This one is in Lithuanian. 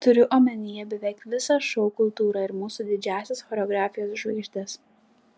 turiu omenyje beveik visą šou kultūrą ir mūsų didžiąsias choreografijos žvaigždes